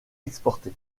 exporté